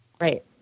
Right